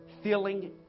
feeling